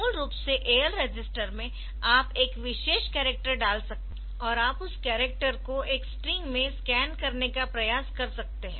मूल रूप से AL रजिस्टर में आप एक विशेष कैरेक्टर डाल सकते है और आप उस कैरेक्टर को एक स्ट्रिंग में स्कैन करने का प्रयास कर सकते है